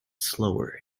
slower